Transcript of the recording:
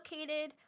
located